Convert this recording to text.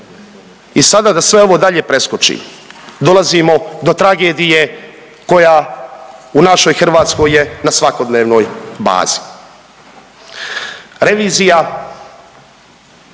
I sada da sve ovo dalje preskočim dolazimo do tragedije koja u našoj Hrvatskoj je na svakodnevnoj bazi.